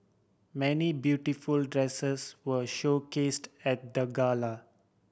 many beautiful dresses were showcased at the gala